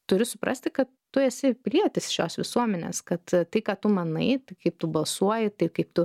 turi suprasti kad tu esi pilietis šios visuomenės kad tai ką tu manai kaip tu balsuoji taip kaip tu